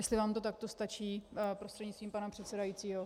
Jestli vám to takto stačí, prostřednictvím pana předsedajícího?